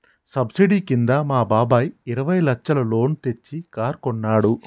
subsidy కింద మా బాబాయ్ ఇరవై లచ్చల లోన్ తెచ్చి కారు కొన్నాడు